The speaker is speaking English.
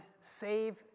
save